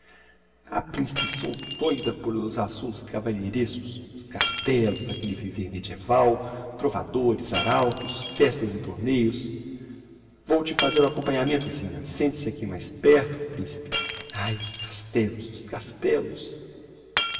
o seu trovador ah principe sou doida pelos assuntos cavalheirescos os castéllos aquelle viver mediéval trovadores arautos festas e torneios vou te fazer o acompanhamento zina sente-se aqui mais perto principe ai os castéllos os castéllos